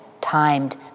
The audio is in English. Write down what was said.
timed